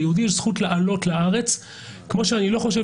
ליהודי יש זכות לעלות לארץ כמו שאני לא חושב